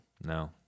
No